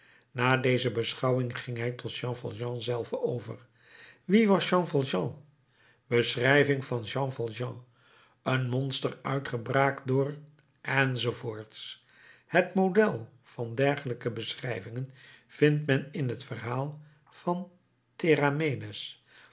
na deze beschouwingen ging hij tot jean valjean zelven over wie was jean valjean beschrijving van jean valjean een monster uitgebraakt door enz het model van dergelijke beschrijvingen vindt men in het verhaal van